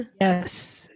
yes